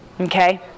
Okay